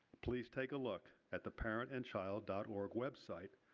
please take a look at the parentandchild dot org website,